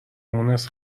مونس